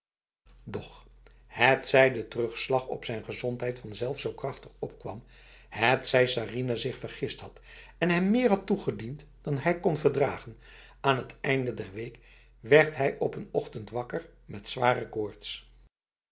doch hetzij de terugslag op zijn gezondheid vanzelf zo krachtig opkwam hetzij sarinah zich vergist had en hem meer had toegediend dan hij kon verdragen aan het einde der week werd hij op een ochtend wakker met zware koorts